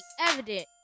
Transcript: evident